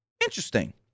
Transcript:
Interesting